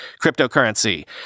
cryptocurrency